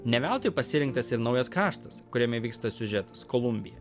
ne veltui pasirinktas ir naujas kraštas kuriame vyksta siužetas kolumbija